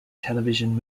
television